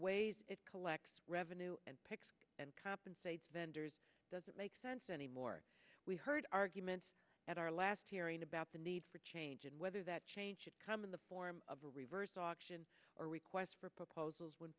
ways it collects revenue and picks and compensates vendors doesn't make sense anymore we heard arguments at our last hearing about the need for change and whether that changes come in the form of a reverse auction or requests for proposals would